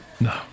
No